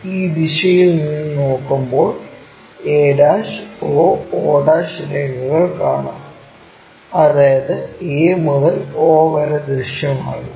ഈ ദിശയിൽ നിന്ന് നോക്കുമ്പോൾ a o o രേഖകൾ കാണും അതായത് a മുതൽ o വരെ ദൃശ്യമാകും